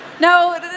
no